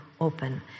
open